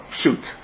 shoot